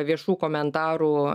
viešų komentarų